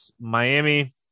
Miami